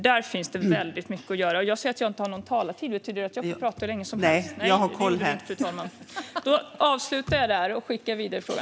Där finns det väldigt mycket att göra.